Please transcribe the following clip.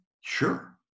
Sure